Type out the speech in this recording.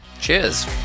Cheers